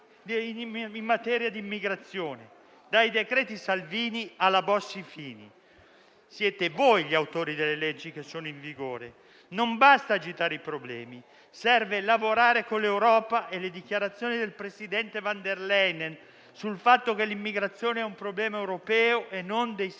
di sanità e di immigrazione, dai decreti Salvini alla Bossi-Fini. Siete voi gli autori delle leggi in vigore. Non basta agitare i problemi; serve lavorare con l'Europa. Le dichiarazioni del presidente von der Leyen sul fatto che l'immigrazione è un problema europeo e non dei singoli